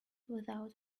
without